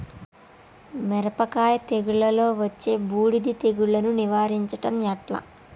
మిరపకాయ తెగుళ్లలో వచ్చే బూడిది తెగుళ్లను నివారించడం ఎట్లా?